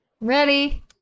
Ready